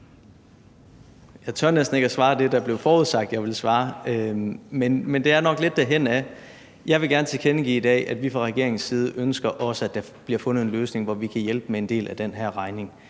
Jeg tør næsten ikke at svare det, der blev forudsagt at jeg ville svare, men det er nok lidt derhenad. Jeg vil gerne tilkendegive i dag, at vi fra regeringens side også ønsker, at der bliver fundet en løsning, hvor vi kan hjælpe med en del af den her regning,